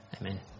amen